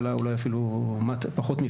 אולי אפילו פחות מכך,